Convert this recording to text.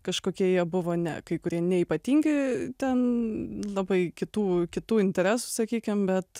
kažkokie jie buvo ne kai kurie neypatingi ten labai kitų kitų interesų sakykim bet